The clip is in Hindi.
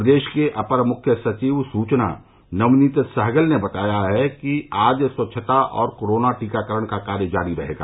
प्रदेश के अपर मुख्य सचिव सूचना नवनीत सहगल ने बताया कि आज स्वच्छता और कोरोना टीकाकरण का कार्य जारी रहेगा